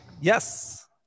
Yes